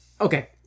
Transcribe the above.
Okay